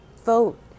vote